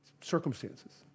circumstances